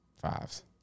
Fives